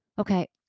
Okay